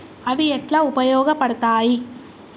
అవి ఎట్లా ఉపయోగ పడతాయి?